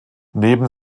neben